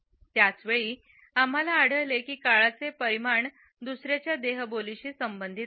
त्याच वेळी आम्हाला आढळले की काळाचे परिमाण दुसर्याच्या देहबोलीशी संबंधित आहे